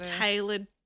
tailored